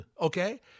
Okay